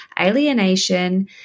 alienation